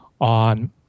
on